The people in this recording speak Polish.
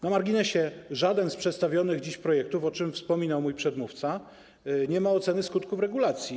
Na marginesie, żaden z przedstawionych dziś projektów, o czym wspominał mój przedmówca, nie ma oceny skutków regulacji.